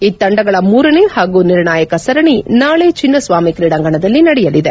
ಇತ್ತಂಡಗಳ ಮೂರನೇ ಹಾಗೂ ನಿರ್ಣಾಯಕ ಸರಣಿ ನಾಳೆ ಚಿನ್ನಸ್ವಾಮಿ ಕ್ರೀಡಾಂಗಣದಲ್ಲಿ ನಡೆಯಲಿದೆ